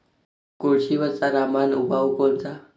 कोळशीवरचा रामबान उपाव कोनचा?